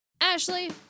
Ashley